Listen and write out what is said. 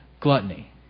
gluttony